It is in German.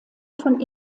von